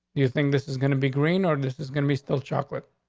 do you think this is gonna be green or this is gonna be still chocolate?